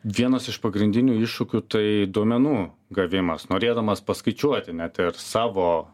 vienas iš pagrindinių iššūkių tai duomenų gavimas norėdamas paskaičiuoti net ir savo